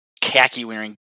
khaki-wearing